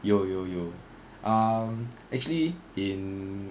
有有有 um actually in